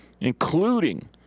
including